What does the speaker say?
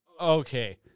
okay